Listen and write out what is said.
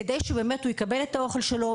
כדי שהוא יקבל את האוכל שלו,